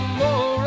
more